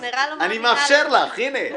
אז אני מאפשר לך, הנה.